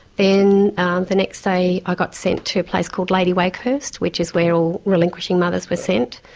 then the next day i got sent to a place called lady wakehurst, which is where all relinquishing mothers were sent.